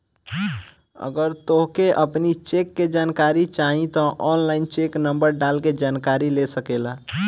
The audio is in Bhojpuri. अगर तोहके अपनी चेक के जानकारी चाही तअ ऑनलाइन चेक नंबर डाल के जानकरी ले सकेला